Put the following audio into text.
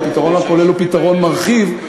הפתרון הכולל הוא פתרון מרחיב.